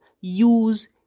Use